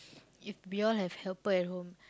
if we all have helper at home